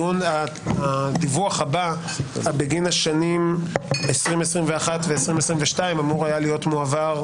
הדיווח הבא בגין השנים 2021 ו-2022 אמור היה להיות מועבר,